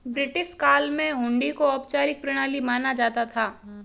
British काल में हुंडी को औपचारिक प्रणाली माना जाता था